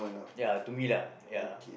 ya to me lah ya